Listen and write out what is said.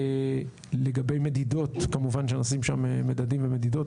לגבי מדידות כמובן שנשים שם מדדים ומדידות.